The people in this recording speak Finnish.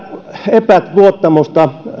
epäluottamusta